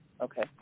Okay